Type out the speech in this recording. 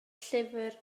llyfr